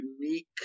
unique